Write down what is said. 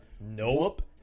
Nope